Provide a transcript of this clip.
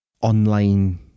online